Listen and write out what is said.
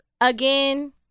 again